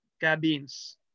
cabins